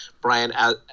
Brian